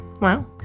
Wow